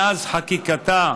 מאז חקיקתה